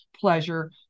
pleasure